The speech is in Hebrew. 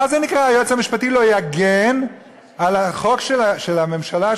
מה זה נקרא: היועץ המשפטי לא יגן על החוק של הממשלה,